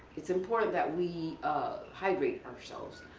it's important that we hydrate ourselves.